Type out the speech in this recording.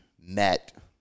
met